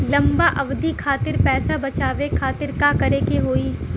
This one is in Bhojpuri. लंबा अवधि खातिर पैसा बचावे खातिर का करे के होयी?